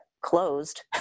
closed